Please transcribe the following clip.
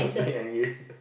bake and eat